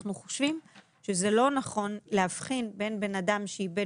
ואנחנו חושבים שזה לא נכון להבחין בין בן אדם שאיבד